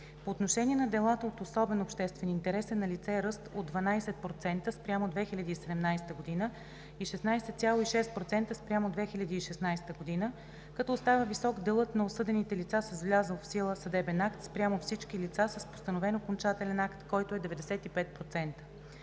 По отношение на делата от особен обществен интерес е налице ръст от 12% спрямо 2017 г. и 16,6% спрямо 2016 г., като остава висок делът на осъдените лица с влязъл сила съдебен акт, спрямо всички лица с постановен окончателен акт, който е 95%.